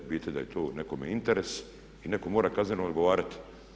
Vidite da je to nekome interes i netko mora kazneno odgovarati.